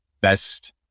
best